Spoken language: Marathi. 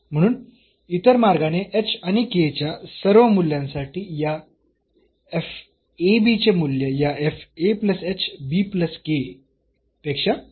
म्हणून इतर मार्गाने आणि च्या सर्व मूल्यांसाठी या चे मूल्य या पेक्षा लहान असेल